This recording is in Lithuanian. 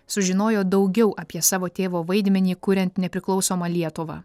sužinojo daugiau apie savo tėvo vaidmenį kuriant nepriklausomą lietuvą